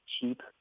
cheap